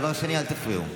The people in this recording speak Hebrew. דבר שני, אל תפריעו.